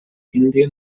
indian